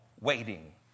waiting